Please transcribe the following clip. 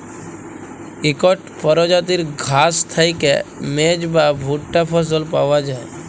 ইকট পরজাতির ঘাঁস থ্যাইকে মেজ বা ভুট্টা ফসল পাউয়া যায়